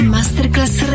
Masterclass